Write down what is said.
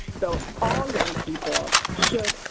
so all young people should,